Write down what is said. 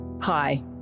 Hi